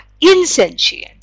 insentient